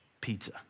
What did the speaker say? pizza